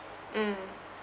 mm